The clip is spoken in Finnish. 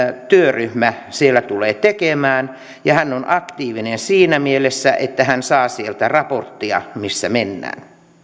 työryhmä siellä tulee tekemään ja hän on aktiivinen siinä mielessä että hän saa sieltä raporttia siitä missä mennään